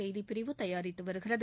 செய்திப்பிரிவு தயாரித்து வருகிறது